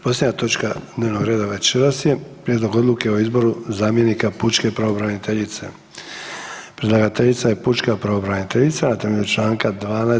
Posljednja točka dnevnoga reda večeras je - Prijedlog odluke o izboru zamjenika pučke pravobraniteljice, predlagateljica je pučka pravobraniteljica Na temelju članka 12.